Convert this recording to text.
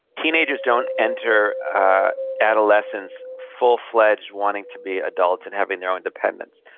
teenagers don't enter adolescence full-fledged wanting to be adults and having their own independence.